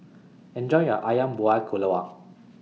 Enjoy your Ayam Buah Keluak